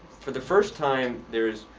for the first time there is